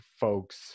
folks